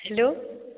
hello